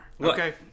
Okay